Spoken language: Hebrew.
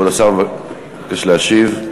כבוד השר מתבקש להשיב.